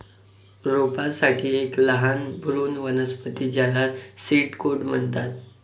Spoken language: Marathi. रोपांसाठी एक लहान भ्रूण वनस्पती ज्याला सीड कोट म्हणतात